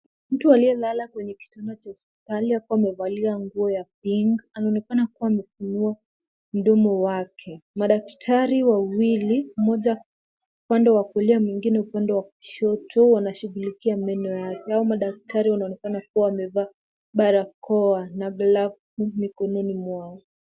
Mtu aliyelala kwenye kitanda cha hospitali akiwa amevalia nguo ya green anaonekana kuwa amefunua mdomo wake. Madaktari wawili, mmoja upande wa kulia mwingine upande wa kushoto wanashughulikia meno yake. Hao madaktari wanaonekana kuwa wamevaa barakoa na glavu mikononi mwao.